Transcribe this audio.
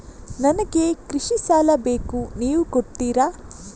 ನನಗೆ ಕೃಷಿ ಸಾಲ ಬೇಕು ನೀವು ಕೊಡ್ತೀರಾ?